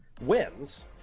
wins